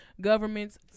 Governments